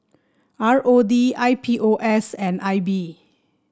R O D I P O S and I B